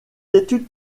études